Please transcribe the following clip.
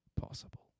possible